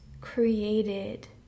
created